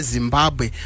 Zimbabwe